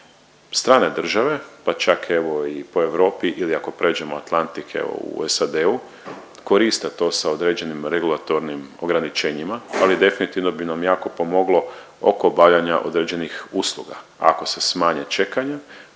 Strane države pa čak evo i po Europi ili ako prijeđemo Atlantik u SAD-u koriste to sa određenim regulatornim ograničenjima, ali definitivno bi nam jako pomoglo oko obavljanja određenih usluga ako se smanje čekanja,